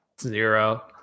zero